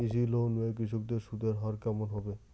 কৃষি লোন এ কৃষকদের সুদের হার কেমন হবে?